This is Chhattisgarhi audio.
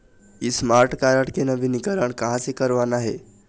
स्मार्ट कारड के नवीनीकरण कहां से करवाना हे?